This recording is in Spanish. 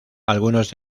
algunos